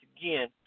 again